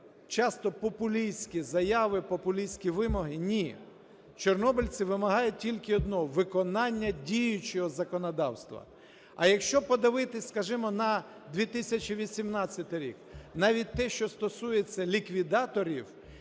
часто популістські заяви, популістські вимоги. Ні, чорнобильці вимагають тільки одного – виконання діючого законодавства. А, якщо подивитись, скажімо, на 2018 рік навіть те, що стосується ліквідаторів,